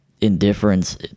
indifference